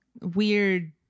weird